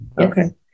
Okay